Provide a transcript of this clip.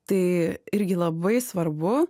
tai irgi labai svarbu